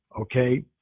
Okay